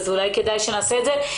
אז אולי כדאי שנעשה את זה.